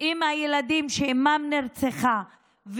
עם הילדים שאימם נרצחה,